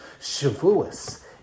Shavuos